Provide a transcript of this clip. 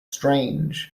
strange